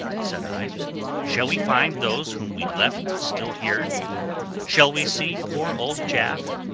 said i shall we find those whom we left still here shall we see poor old jaf?